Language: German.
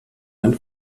ein